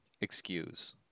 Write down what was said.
excuse